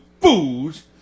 fools